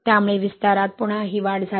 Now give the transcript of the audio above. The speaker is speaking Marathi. त्यामुळे विस्तारात पुन्हा ही वाढ झाली